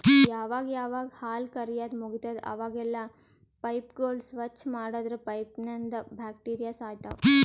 ಯಾವಾಗ್ ಯಾವಾಗ್ ಹಾಲ್ ಕರ್ಯಾದ್ ಮುಗಿತದ್ ಅವಾಗೆಲ್ಲಾ ಪೈಪ್ಗೋಳ್ ಸ್ವಚ್ಚ್ ಮಾಡದ್ರ್ ಪೈಪ್ನಂದ್ ಬ್ಯಾಕ್ಟೀರಿಯಾ ಸಾಯ್ತವ್